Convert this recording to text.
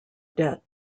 debt